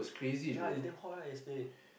ya it's damn hot right yesterday